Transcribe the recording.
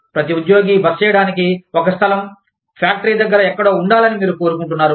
ప్రతి ఉద్యోగి బస చేయడానికి ఒక స్థలం ఫ్యాక్టరీ దగ్గర ఎక్కడో ఉండాలని మీరు కోరుకుంటున్నారు